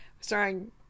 starring